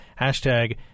Hashtag